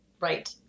Right